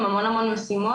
עם המון המון משימות,